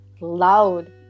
loud